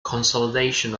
consolidation